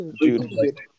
Dude